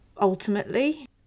ultimately